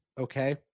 Okay